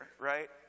right